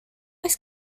oes